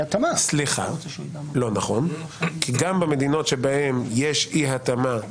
גם במדינות שבהן יש אי התאמה,